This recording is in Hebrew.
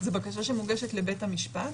זו בקשה שמוגשת לבית המשפט,